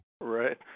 Right